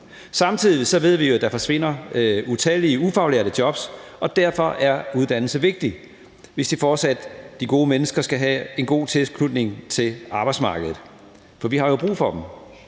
Samtidig ved vi jo, at der forsvinder utallige ufaglærte jobs, og derfor er uddannelse vigtigt, hvis de gode mennesker fortsat skal have en god tilknytning til arbejdsmarkedet. For vi har jo brug for dem,